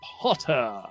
Potter